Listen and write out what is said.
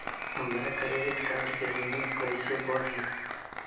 हमार credit card के limit कइसे बढ़ी?